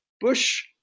Bush